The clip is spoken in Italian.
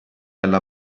alla